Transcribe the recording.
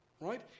right